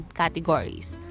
categories